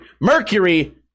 mercury